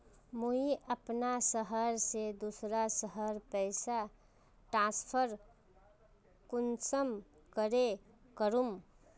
मुई अपना शहर से दूसरा शहर पैसा ट्रांसफर कुंसम करे करूम?